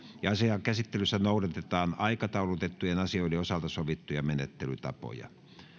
ja asian käsittelyssä noudatetaan aikataulutettujen asioiden osalta sovittuja menettelytapoja